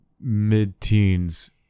mid-teens